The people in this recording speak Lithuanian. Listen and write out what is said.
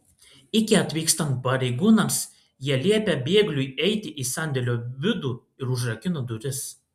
iki atvykstant pareigūnams jie liepė bėgliui eiti į sandėlio vidų ir užrakino duris